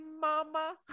mama